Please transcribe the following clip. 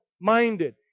minded